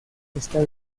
está